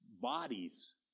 bodies